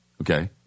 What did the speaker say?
Okay